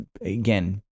again